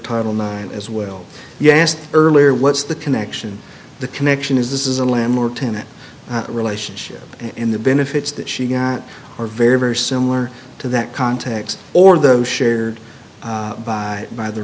title nine as well yes earlier what's the connection the connection is this is a landlord tenant relationship in the benefits that she got are very very similar to that context or those shared by by the